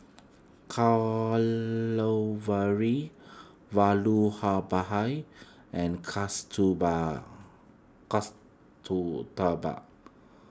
Vallabhbhai and Kasturba